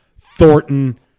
Thornton